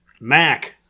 mac